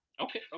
okay